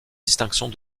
distinctions